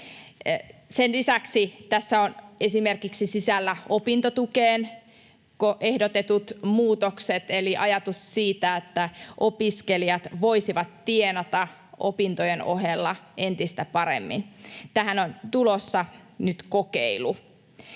Sen lisäksi tässä ovat sisällä esimerkiksi opintotukeen ehdotetut muutokset, eli ajatus siitä, että opiskelijat voisivat tienata opintojen ohella entistä paremmin — tähän on tulossa nyt kokeilu.